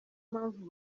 mpamvu